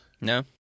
No